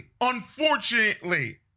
unfortunately